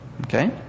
Okay